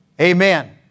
Amen